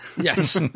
Yes